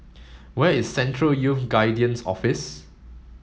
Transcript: where is Central Youth Guidance Office